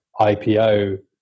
IPO